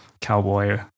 cowboy